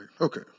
okay